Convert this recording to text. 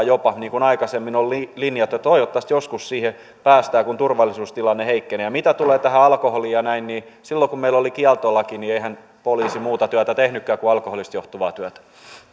jopa seitsemäntuhattakahdeksansataa niin kuin aikaisemmin on linjattu ja toivottavasti joskus siihen päästään kun turvallisuustilanne heikkenee ja mitä tulee alkoholiin ja näin niin silloin kun meillä oli kieltolaki niin eihän poliisi muuta työtä tehnytkään kuin alkoholista johtuvaa työtä nyt